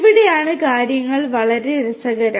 ഇവിടെയാണ് കാര്യങ്ങൾ വളരെ രസകരം